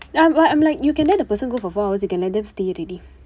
I'm like I'm like you can let the person go for four hours you can let them stay already